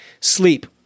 sleep